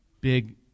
Big